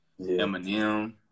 Eminem